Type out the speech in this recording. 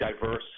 diverse